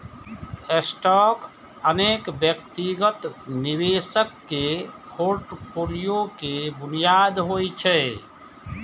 stock अनेक व्यक्तिगत निवेशक के फोर्टफोलियो के बुनियाद होइ छै